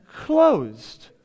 closed